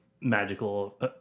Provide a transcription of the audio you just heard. magical